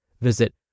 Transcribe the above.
Visit